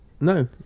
No